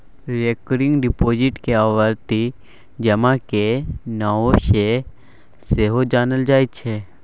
recurring deposit केँ आवर्ती जमा केर नाओ सँ सेहो जानल जाइ छै